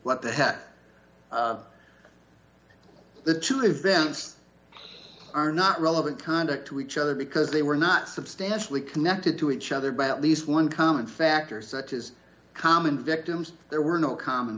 what the heck the two events are not relevant conduct to each other because they were not substantially connected to each other by at least one common factors such as common victims there were no common